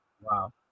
Wow